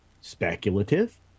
speculative